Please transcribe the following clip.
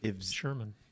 Sherman